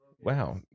Wow